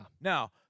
Now